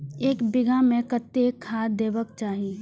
एक बिघा में कतेक खाघ देबाक चाही?